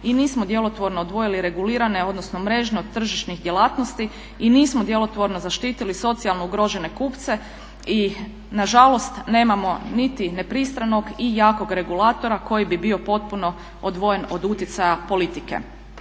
i nismo djelotvorno odvojili regulirane, odnosno mrežne od tržišnih djelatnosti i nismo djelotvorno zaštitili socijalno ugrožene kupce. Nažalost nemamo niti nepristranog i jakog regulatora koji bi bio potpuno odvojen od utjecaja politike.